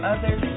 Others